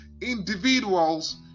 individuals